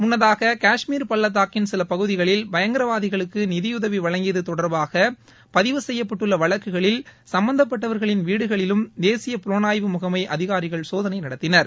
முன்னதாக காஷ்மீர் பள்ளத்தாக்கின் சில பகுதிகளில் பயங்கரவாதிகளுக்கு நிதியுதவி வழங்கியது தொடர்பாக பதிவு செய்யப்பட்டுள்ள வழக்குகளில் சம்பந்தப்பட்டவர்களின் வீடுகளிலும் தேசிய புலனாய்வு முகமை அதிகாரிகள் சோதனை நடத்தினர்